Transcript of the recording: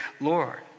Lord